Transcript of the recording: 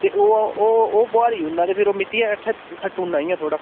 ते ओह् ओह् ओह् बोहाली ओड़ना ते फ्ही ओह् मिट्टियै कन्नै खट्टी ओड़ना इ'यां थोह्ड़ा